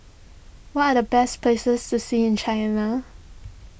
what are the best places to see in China